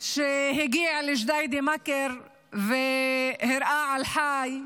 שהגיע לג'דידה-מכר והראה בחי.